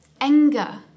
anger